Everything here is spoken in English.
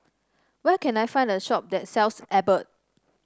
where can I find a shop that sells Abbott